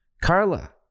Carla